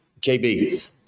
KB